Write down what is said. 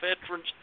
veterans